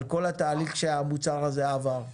על כל התהליך שהמוצר הזה עבר.